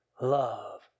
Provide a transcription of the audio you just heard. love